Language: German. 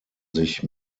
sich